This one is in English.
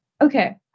okay